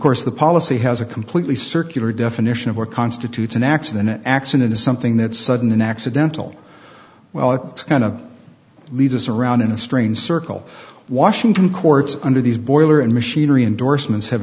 course the policy has a completely circular definition of where constitutes an accident an accident is something that sudden an accidental well it's kind of leaves us around in a strange circle washington courts under these boiler and machinery indorsements have